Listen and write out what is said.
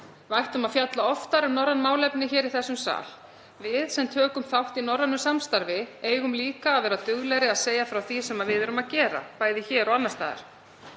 ættum að fjalla oftar um norræn málefni hér í þessum sal. Við sem tökum þátt í norrænu samstarfi eigum líka að vera duglegri að segja frá því sem við erum að gera, bæði hér og annars staðar.